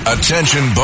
Attention